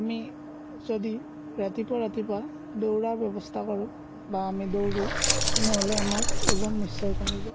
আমি যদি ৰাতিপুৱা ৰাতিপুৱা দৌৰাৰ ব্যৱস্থা কৰোঁ বা আমি দৌৰোঁ তেনেহ'লে আমাৰ ওজন নিশ্চয় কমিব